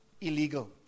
illegal